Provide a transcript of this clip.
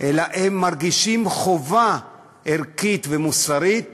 אלא הם מרגישים חובה ערכית ומוסרית